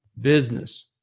business